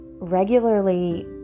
regularly